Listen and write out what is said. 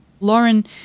Lauren